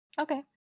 okay